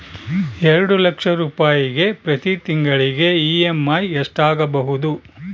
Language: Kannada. ಎರಡು ಲಕ್ಷ ರೂಪಾಯಿಗೆ ಪ್ರತಿ ತಿಂಗಳಿಗೆ ಇ.ಎಮ್.ಐ ಎಷ್ಟಾಗಬಹುದು?